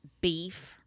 beef